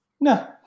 No